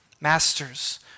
Masters